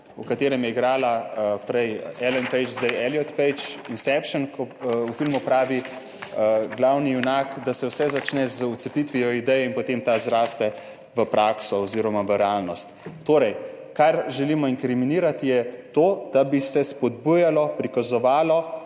v katerem je igrala prej Ellen Page, zdaj Elliot Page. V filmu pravi glavni junak, da se vse začne z vcepitvijo ideje in potem ta zraste v prakso oziroma v realnost. Torej, kar želimo inkriminirati, je to, da bi se spodbujalo, prikazovalo